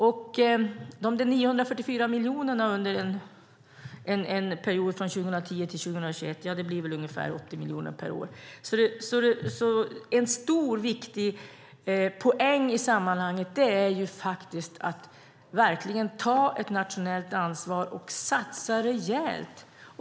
Det är 944 miljoner under en period från 2010 till 2021. Det blir väl ungefär 80 miljoner per år. En stor och viktig poäng i sammanhanget är att man verkligen tar ett nationellt ansvar och satsar rejält.